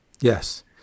Yes